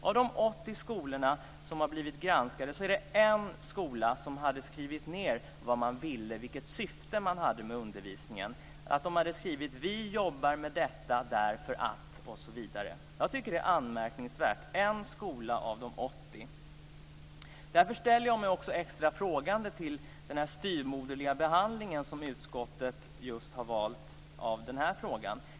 Av de 80 skolor som har blivit granskade var det en skola som hade skrivit ned vad man ville och vilket syfte man hade med undervisningen. De hade alltså skrivit: Vi jobbar med detta därför att osv. Jag tycker att det är anmärkningsvärt att det bara är en skola av de 80 som har gjort detta. Därför ställer jag mig också extra frågande till den styvmoderliga behandling av den här frågan som utskottet har valt.